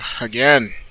Again